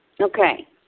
Okay